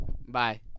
Bye